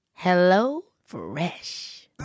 HelloFresh